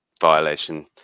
violation